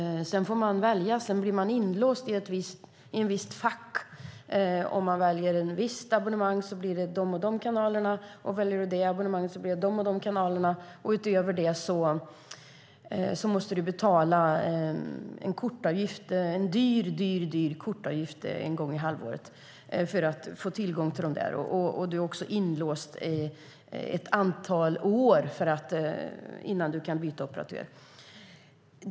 Sedan måste man välja, och man blir inlåst i ett visst fack. Om du väljer ett visst abonnemang får du vissa kanaler. Väljer du ett annat abonnemang får du andra kanaler. Utöver det måste du, för att få tillgång till kanalerna, betala en mycket hög kortavgift en gång i halvåret. Dessutom är du inlåst ett antal år innan du kan byta operatör.